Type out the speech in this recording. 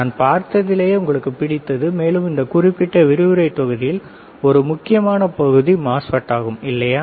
நான் பார்த்ததிலேயே உங்களுக்கு பிடித்தது மேலும் இந்த குறிப்பிட்ட விரிவுரை தொகுதியின் ஒரு முக்கியமான பகுதி MOSFET ஆகும் இல்லையா